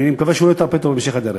ואני מקווה שהוא לא יטרפד אותו בהמשך הדרך.